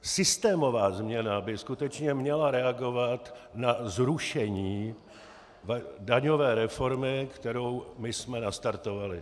Systémová změna by skutečně měla reagovat na zrušení daňové reformy, kterou my jsme nastartovali.